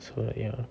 so like ya